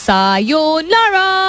Sayonara